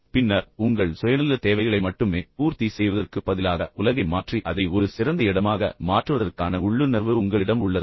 பின்னர் உங்கள் சுயநலத் தேவைகளை மட்டுமே பூர்த்தி செய்வதற்குப் பதிலாக உலகை மாற்றி அதை ஒரு சிறந்த இடமாக மாற்றுவதற்கான உள்ளுணர்வு உங்களிடம் உள்ளதா